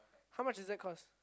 how much does that cost